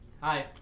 Hi